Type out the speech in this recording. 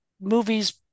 movies